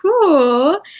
cool